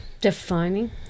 Defining